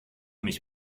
mich